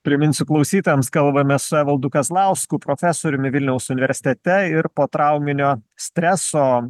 priminsiu klausytojams kalbamės su evaldu kazlausku profesoriumi vilniaus universitete ir potrauminio streso